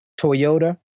Toyota